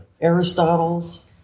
Aristotle's